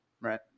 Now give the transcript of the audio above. Right